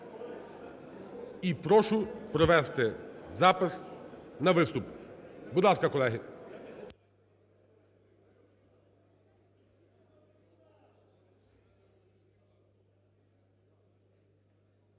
І прошу провести запис на виступ. Будь ласка, колеги.